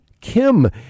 Kim